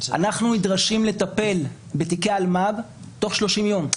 אנחנו נדרשים לטפל בתיקי אלמ"ב תוך 30 יום.